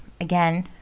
again